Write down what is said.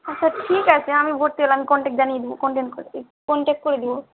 আচ্ছা ঠিক আছে আমি ভর্তি হলাম কন্টাক্ট জানিয়ে দিবো কোন দিন কল এই কন্টাক্ট করে দেবো